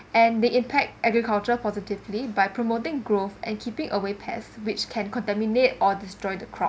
and they impact agriculture positively by promoting growth and keeping away pest which can contaminate or destroy the crop